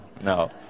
No